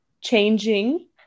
changing